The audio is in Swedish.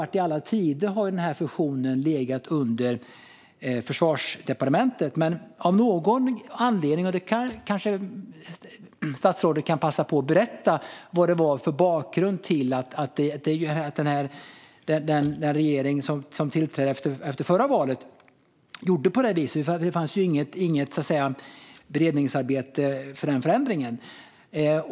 I alla tider har denna funktion legat under Försvarsdepartementet, men av någon anledning - och det kanske statsrådet kan passa på att berätta om bakgrunden till - gjorde den regering som tillträdde efter förra valet på det viset. Det fanns alltså inget beredningsarbete angående den förändringen.